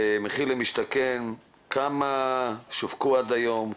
במחיר למשתכן כמה שווקו עד היום,